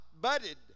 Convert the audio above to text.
budded